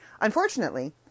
Unfortunately